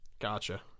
gotcha